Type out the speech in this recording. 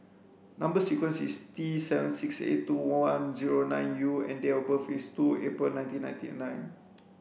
number sequence is T seven six eight two one zero nine U and date of birth is two April nineteen ninety nine